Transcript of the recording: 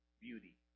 beauty